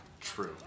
True